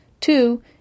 Two